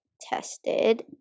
tested